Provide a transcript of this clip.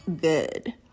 good